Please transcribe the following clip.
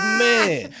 man